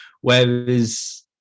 whereas